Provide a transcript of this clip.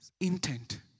intent